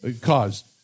caused